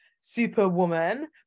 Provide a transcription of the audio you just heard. superwoman